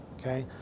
okay